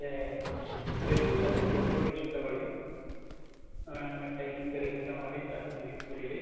ಮತ್ತು ರೆಸ್ಟ್ ಜಾಸ್ತಿ ಬೇಕು ರೆಸ್ಟ್ ತಗೋಳ್ಳಿ ಟೈಮಿಗೆ ಸರಿಯಾಗಿ ಊಟ ಮಾಡಿ ಜಾಸ್ತಿ ನೀರು ಕುಡೀರಿ